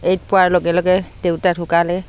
eight পোৱাৰ লগে লগে দেউতা ঢুকালে